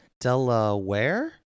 Delaware